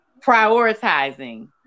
prioritizing